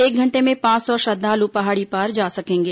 एक घंटे में पांच सौ श्रद्धालु पहाड़ी पर जा सकेंगे